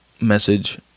message